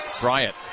Bryant